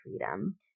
freedom